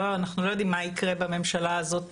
אנחנו לא יודעים מה ייקרה בממשלה הזאת